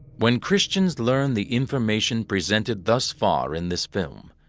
when christians learn the information presented thus far in this film,